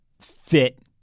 fit